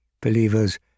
Believers